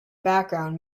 background